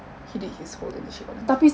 he did his whole internship online